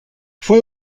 fue